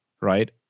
right